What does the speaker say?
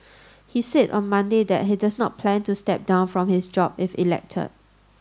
he said on Monday that he does not plan to step down from his job if elected